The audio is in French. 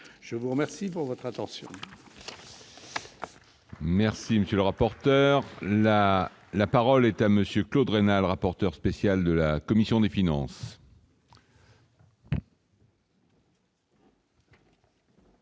je vous remercie pour votre attention.